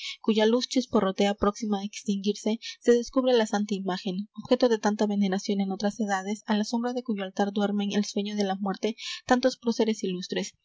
cuya luz chisporrotea próxima á extinguirse se descubre la santa imagen objeto de tanta veneración en otras edades á la sombra de cuyo altar duermen el sueño de la muerte tantos próceres ilustres